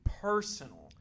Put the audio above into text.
personal